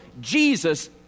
Jesus